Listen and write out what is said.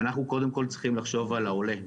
אנחנו קודם כל צריכים לחשוב על העולה.